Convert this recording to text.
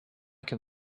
can